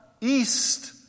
east